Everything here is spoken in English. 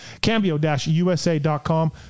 Cambio-USA.com